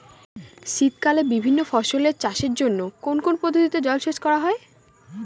শীতকালে বিভিন্ন ফসলের চাষের জন্য কোন কোন পদ্ধতিতে জলসেচ করা হয়?